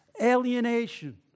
alienation